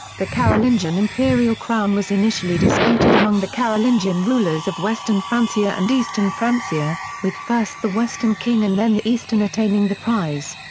the carolingian imperial crown was initially disputed among the carolingian rulers of western francia and eastern francia, with first the western king and then the eastern attaining the prize.